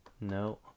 No